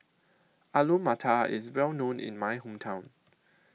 Alu Matar IS Well known in My Hometown